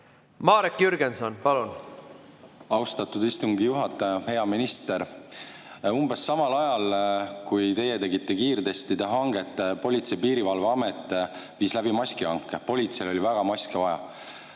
Marek Jürgenson, palun! Austatud istungi juhataja! Hea minister! Umbes samal ajal, kui teie tegite kiirtestide hanget, Politsei- ja Piirivalveamet viis läbi maskihanke. Politseil oli väga maske vaja.